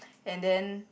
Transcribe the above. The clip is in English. and then